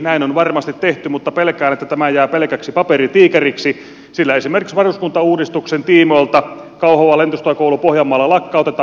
näin on varmasti tehty mutta pelkään että tämä jää pelkäksi paperitiikeriksi sillä esimerkiksi varuskuntauudistuksen tiimoilta kauhavan lentosotakoulu pohjanmaalla lakkautetaan